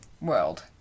world